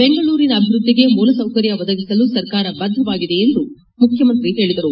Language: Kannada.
ಬೆಂಗಳೂರಿನ ಅಭಿವೃದ್ದಿಗೆ ಮೂಲಸೌಕರ್ಯ ಬದಗಿಸಲು ಸರ್ಕಾರ ಬದ್ದವಾಗಿದೆ ಎಂದು ಮುಖ್ಯಮಂತ್ರಿ ಹೇಳದರು